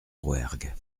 rouergue